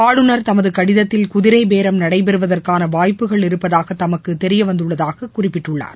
ஆளுநர் தமது கடிதத்தில் குதிரைபேரம் நடைபெறுவதற்கான வாய்ப்புகள் இருப்பதாக தமக்கு தெரியவந்துள்ளதாகவும் குறிப்பிட்டுள்ளார்